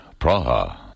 Praha